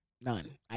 None